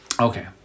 Okay